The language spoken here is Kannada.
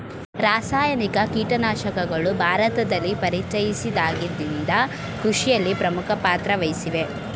ರಾಸಾಯನಿಕ ಕೀಟನಾಶಕಗಳು ಭಾರತದಲ್ಲಿ ಪರಿಚಯಿಸಿದಾಗಿನಿಂದ ಕೃಷಿಯಲ್ಲಿ ಪ್ರಮುಖ ಪಾತ್ರ ವಹಿಸಿವೆ